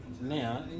now